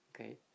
Okay